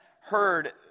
heard